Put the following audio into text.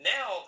Now